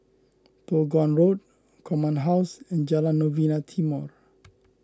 Toh Guan Road Command House and Jalan Novena Timor